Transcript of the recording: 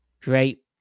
Great